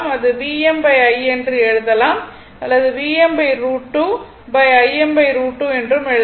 இது VmIm என்று எழுதலாம் அல்லது Vm√2 Im√2 என்றும் எழுதலாம்